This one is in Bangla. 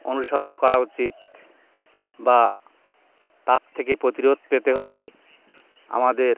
অনুসরণ করা উচিত বা তার থেকে প্রতিরোধ পেতে হলে আমাদের